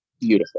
Beautiful